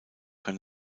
kann